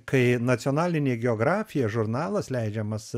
kai nacionalinė geografija žurnalas leidžiamas